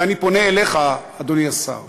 ואני פונה אליך, אדוני השר.